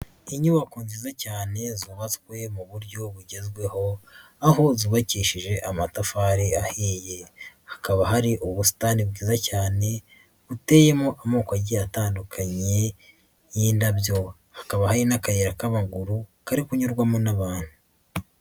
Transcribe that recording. Inyubako nziza cyane zubatswe mu buryo bugezweho aho zubakishije amatafari ahiye, hakaba hari ubusitani bwiza cyane buteyemo amoko agiye atandukanye y'indabyo, hakaba hari n'akayirayaga k'amaguru kari kunyurwamo n'abantu.